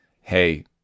hey